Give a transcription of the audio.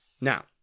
Now